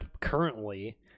currently